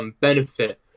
benefit